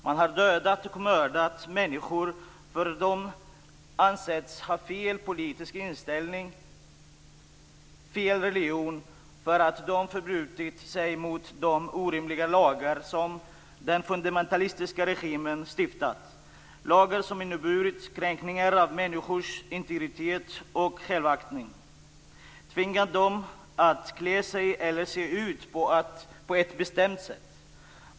Man har dödat och mördat människor därför att de ansetts ha fel politisk inställning eller fel religion eller därför att de förbrutit sig mot de orimliga lagar som den fundamentalistiska regimen stiftat. Det är lagar som inneburit kränkningar av människors integritet och självaktning och tvingat dem att klä sig eller se ut på ett bestämt sätt.